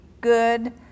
good